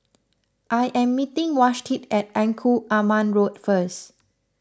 I am meeting Vashti at Engku Aman Road first